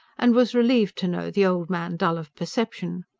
and was relieved to know the old man dull of perception.